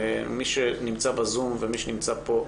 מי שנמצא בזום ומי שנמצא פה,